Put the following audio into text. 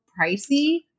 pricey